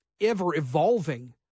ever-evolving